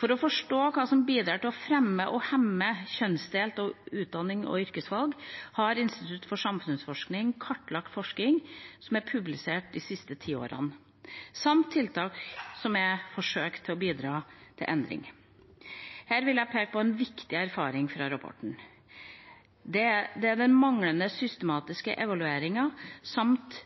For å forstå hva som bidrar til å fremme og hemme kjønnsdelte utdannings- og yrkesvalg, har Institutt for samfunnsforskning kartlagt forskningen som er publisert de siste ti årene, samt tiltak som er forsøkt for å bidra til endring. Her vil jeg peke på en viktig erfaring fra rapporten. Det er at det mangler systematiske evalueringer, samt